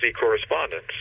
correspondence